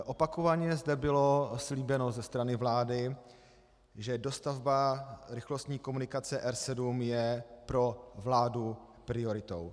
Opakovaně zde bylo slíbeno ze strany vlády, že dostavba rychlostní komunikace R7 je pro vládu prioritou.